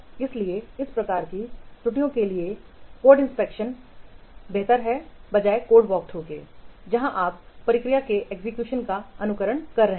इसलिए इस तरह की त्रुटियों के लिए कोडइंस्पेक्शन निरीक्षण बेहतर है बजाय कोड वॉकथ्रू के जहां आप प्रक्रिया के एग्जीक्यूशन का अनुकरण कर रहे हैं